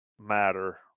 matter